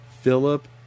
Philip